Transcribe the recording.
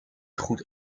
goed